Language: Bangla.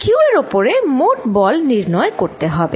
q এর উপরে মোট বল নির্ণয় করতে হবে